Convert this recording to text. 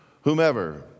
whomever